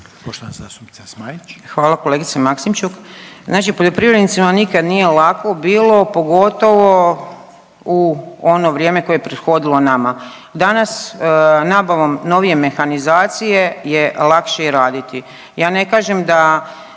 Hvala kolegice Maksimčuk. Znači poljoprivrednicima nikad nije lako bilo, pogotovo u ono vrijeme koje je prethodilo nama. Danas nabavom novije mehanizacije je lakše i raditi. Ja ne kažem da